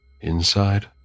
Inside